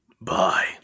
bye